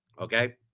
okay